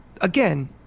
again